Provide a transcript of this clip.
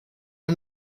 the